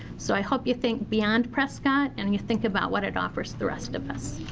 so i hope you think beyond prescott and you think about what it offers the rest of us.